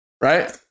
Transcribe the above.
Right